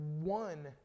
one